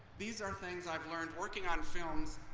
these are things i've learned working on films,